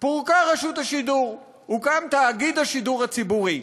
פורקה רשות השידור, הוקם תאגיד השידור הציבורי.